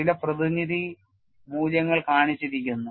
ചില പ്രതിനിധി മൂല്യങ്ങൾ കാണിച്ചിരിക്കുന്നു